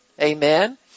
Amen